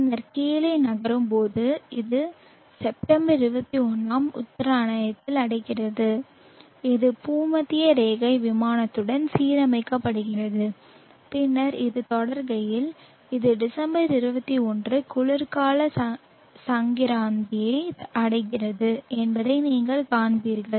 பின்னர் கீழே நகரும்போது இது செப்டம்பர் 21 ஆம் உத்தராயணத்தை அடைகிறது இது பூமத்திய ரேகை விமானத்துடன் சீரமைக்கப்படுகிறது பின்னர் இது தொடர்கையில் இது டிசம்பர் 21 குளிர்கால சங்கிராந்தியை அடைகிறது என்பதை நீங்கள் காண்பீர்கள்